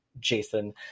jason